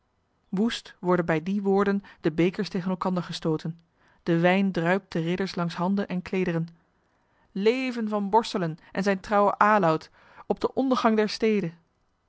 woest worden bij die woorden de bekers tegen elkander gestooten de wijn druipt den ridders langs handen en kleederen leven van borselen en zijn trouwe aloud op den ondergang der steden